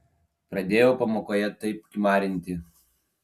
pradėjau pamokoje taip kimarinti